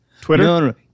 Twitter